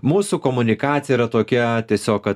mūsų komunikacija yra tokia tiesiog kad